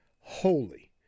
holy